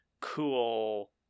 cool